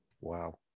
Wow